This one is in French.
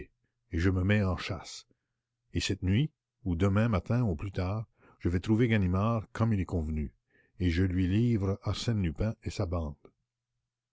et je me mets en chasse et cette nuit ou demain matin au plus tard je vais trouver ganimard comme il est convenu et je lui livre arsène lupin et sa bande